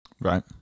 Right